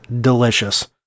delicious